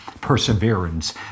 Perseverance